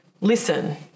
Listen